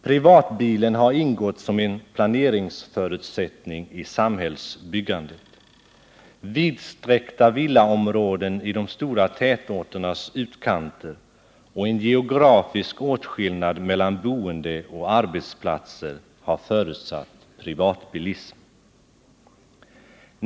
Privatbilen har ingått som en planeringsförutsättning i samhällsbyggandet. Vidsträckta villaområden i de stora tätorternas utkanter och en geografisk åtskillnad mellan boende och arbetsplatser har förutsatt privatbilism.